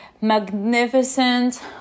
magnificent